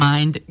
Mind